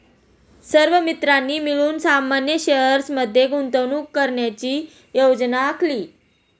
सर्व मित्रांनी मिळून सामान्य शेअर्स मध्ये गुंतवणूक करण्याची योजना आखली